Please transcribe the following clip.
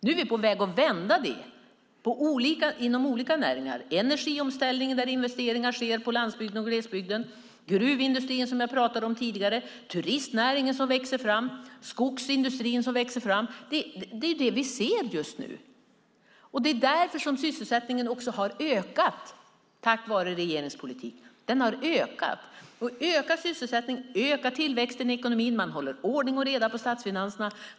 Nu är vi på väg att vända det inom olika näringar: energiomställningen, där investeringar sker på landsbygden och glesbygden, gruvindustrin, som jag pratade om tidigare, turistnäringen, som växer fram och skogsindustrin som växer fram. Det är det vi ser just nu. Det är därför sysselsättningen har ökat tack vare regeringens politik. Det är ökad sysselsättning och ökad tillväxt i ekonomin. Man håller ordning och reda på statsfinanserna.